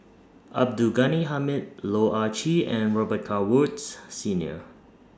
Abdul Ghani Hamid Loh Ah Chee and Robet Carr Woods Senior